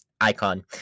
Icon